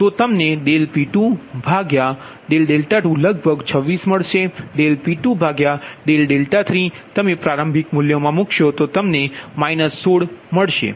તેથી તમને P22લગભગ 26 મળશે P23 તમે પ્રારંભિક મૂલ્ય મૂકીને 16 મેળવશો